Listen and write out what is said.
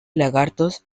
lagartos